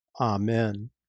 Amen